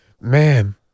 Man